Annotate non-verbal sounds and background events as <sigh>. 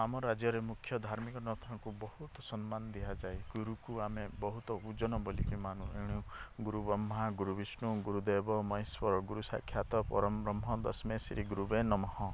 ଆମ ରାଜ୍ୟରେ ମୁଖ୍ୟ ଧାର୍ମିକ <unintelligible> ବହୁତ ସମ୍ମାନ ଦିଆଯାଏ ଗୁରୁକୁ ଆମେ ବହୁତ ଓଜନ ବୋଲିକି ମାନୁ ଏଣୁ ଗୁରୁ ବ୍ରହ୍ମା ଗୁରୁ ବିଷ୍ନୁ ଗୁରୁ ଦେବ ମହେଶ୍ୱର ଗୁରୁ ସାକ୍ଷାତ୍ ପରଂବ୍ରହ୍ମ ତସ୍ମୈଇଶ୍ରୀ ଗୁରବେ ନମଃ